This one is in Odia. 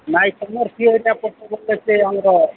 ନାଇ ତୁମର ସିଏଟା ପଚାରିଲେ ସେ ଆମର